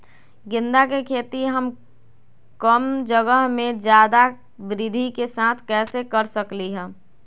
गेंदा के खेती हम कम जगह में ज्यादा वृद्धि के साथ कैसे कर सकली ह?